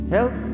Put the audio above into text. Help